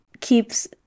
keeps